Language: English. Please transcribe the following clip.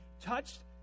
touched